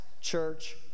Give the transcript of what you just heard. church